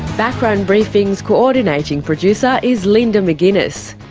background briefing's coordinating producer is linda mcginness,